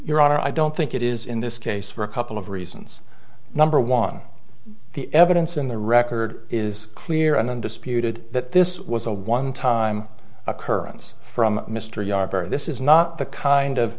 honor i don't think it is in this case for a couple of reasons number one the evidence in the record is clear and undisputed that this was a one time occurrence from mr yarber this is not the kind of